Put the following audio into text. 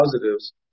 positives